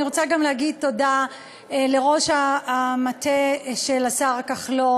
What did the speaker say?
אני רוצה גם להודות לראש המטה של השר כחלון,